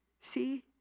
See